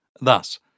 Thus